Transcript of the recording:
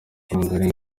amafaranga